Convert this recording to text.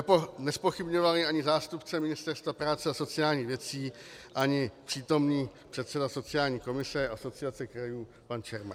To nezpochybňovali ani zástupci Ministerstva práce a sociálních věcí ani přítomný předseda sociální komise Asociace krajů pan Čermák.